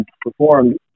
performed